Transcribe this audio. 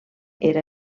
era